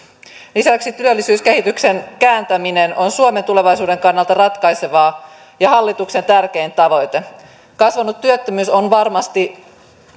lisäksi työllisyyskehityksen kääntäminen on suomen tulevaisuuden kannalta ratkaisevaa ja hallituksen tärkein tavoite kasvanut työttömyys on varmasti